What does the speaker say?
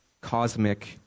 cosmic